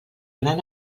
gran